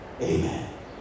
Amen